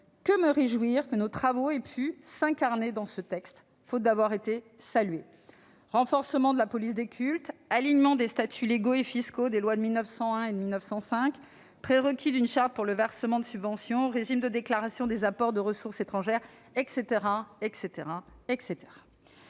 que me réjouir que nos travaux aient pu s'incarner dans ce texte, faute d'avoir été salués. Je pense à des mesures comme le renforcement de la police des cultes, l'alignement des statuts légaux et fiscaux des lois de 1901 et de 1905, le prérequis d'une charte pour le versement de subventions, le régime de déclaration des apports de ressources étrangères, etc.